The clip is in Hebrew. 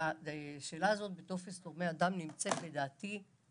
והשאלה הזאת בטופס תורמי הדם נמצאת כ-50-40